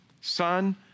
son